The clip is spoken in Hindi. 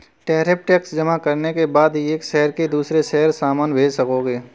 टैरिफ टैक्स जमा करने के बाद ही एक शहर से दूसरे शहर सामान भेज सकोगे